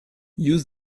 use